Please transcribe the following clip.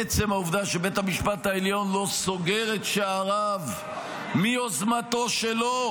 עצם העובדה שבית המשפט העליון לא סוגר את שעריו מיוזמתו שלו